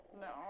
No